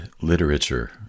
literature